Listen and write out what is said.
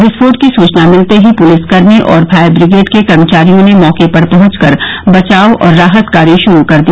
विस्फोट की सूचना मिलते ही पुलिसकर्मी और फायर ब्रिगेड के कर्मचारियों ने मौके पर पहंच कर बचाव और राहत कार्य श्रू कर दिया